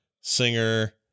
singer